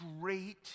great